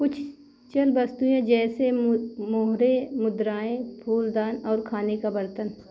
कुछ चंद वस्तुएँ जैसे मु मुहरें मुद्राएं फूलदान और खाने का बर्तन